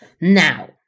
Now